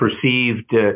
perceived